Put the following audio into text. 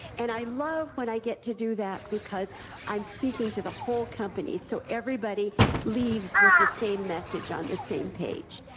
and i love when i get to do that because i'm speaking to the whole company, so everybody leaves with the same message on the same page.